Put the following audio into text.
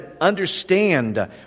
understand